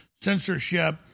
censorship